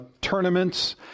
tournaments